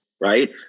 right